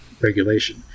regulation